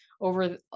over